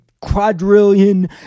quadrillion